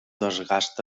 desgast